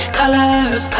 colors